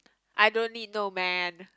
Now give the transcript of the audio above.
I don't need no man